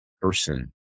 person